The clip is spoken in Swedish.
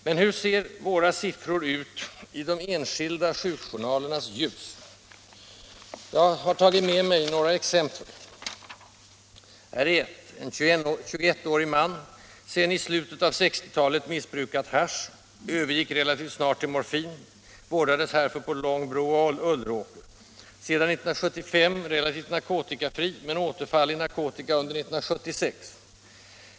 Men hur ser våra siffror ut i de enskilda sjukjournalernas ljus? Jag har tagit med mig några exempel. Här är ett: En 21-årig man, som sedan slutet av 1960-talet missbrukat hasch, övergick relativt snart till morfin och vårdades härför på Långbro och Ulleråker. Sedan 1975 relativt narkotikafri, men återfall i narkotika under 1976.